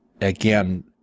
again